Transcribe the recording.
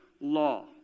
law